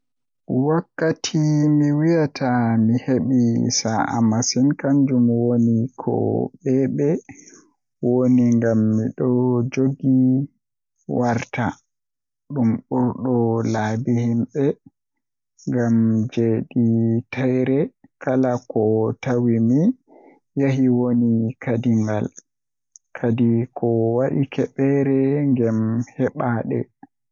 Wakkati mi wiyata mi heɓi sa'a masin kannjum woni Ko ɓeɓe woni ngam miɗo njogii warta, ɗum ɓurɗo laabi yimɓe, ngam jeydi taƴre kala so tawii mi yahi woni kadi ngal. Kadi, ko waɗi keɓeere ngal heɓaade.